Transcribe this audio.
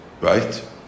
right